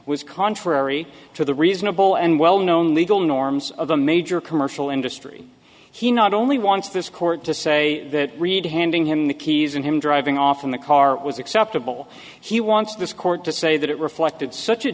was contrary to the reasonable and well known legal norms of a major commercial industry he not only wants this court to say that read handing him the keys and him driving off in the car was acceptable he wants this court to say that it reflected such a